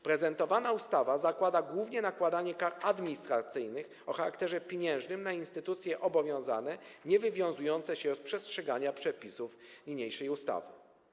Prezentowana ustawa zakłada głównie nakładanie kar administracyjnych o charakterze pieniężnym na instytucje obowiązane niewywiązujące się z przestrzegania przepisów niniejszej ustawy.